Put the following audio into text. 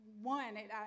One